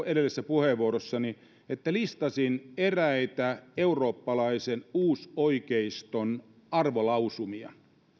edellisessä puheenvuorossani sen että listasin eräitä eurooppalaisen uusoikeiston arvolausumia